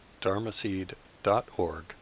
dharmaseed.org